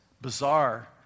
bizarre